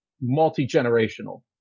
multi-generational